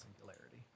Singularity